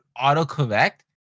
auto-correct